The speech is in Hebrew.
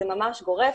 זה ממש גורף,